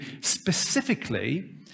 specifically